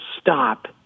stop